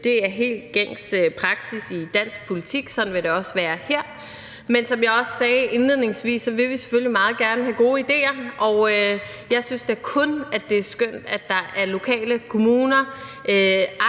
Det er helt gængs praksis i dansk politik, og sådan vil det også være her. Men som jeg også sagde indledningsvis, vil vi selvfølgelig meget gerne have gode idéer, og jeg synes da kun, at det er skønt, at der er kommuner,